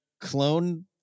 clone